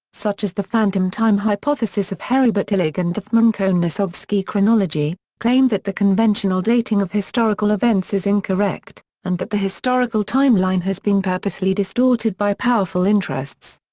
such as the phantom time hypothesis of heribert illig and the fomenko-nosovsky chronology, claim that the conventional dating of historical events is incorrect, and that the historical timeline has been purposely distorted by powerful interests.